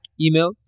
email